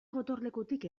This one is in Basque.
gotorlekutik